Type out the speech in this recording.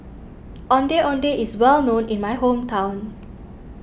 Ondeh Ondeh is well known in my hometown